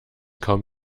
kaum